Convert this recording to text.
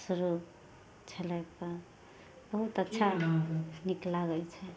शुरू छलै बहुत अच्छा नीक लागय छै